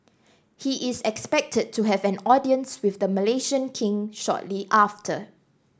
he is expected to have an audience with the Malaysian King shortly after